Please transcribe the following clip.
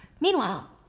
Meanwhile